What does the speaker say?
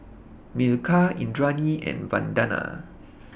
Milkha Indranee and Vandana